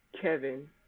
Kevin